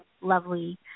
lovely